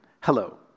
Hello